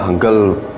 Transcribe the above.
um go.